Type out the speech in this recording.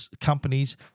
companies